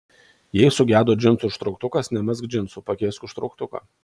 jei sugedo džinsų užtrauktukas nemesk džinsų pakeisk užtrauktuką